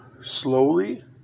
slowly